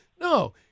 No